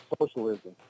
socialism